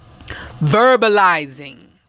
Verbalizing